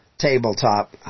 Tabletop